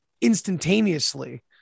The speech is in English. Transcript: instantaneously